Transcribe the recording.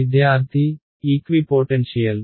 విద్యార్థి equi potential